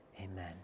amen